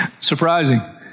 surprising